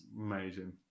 Amazing